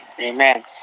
Amen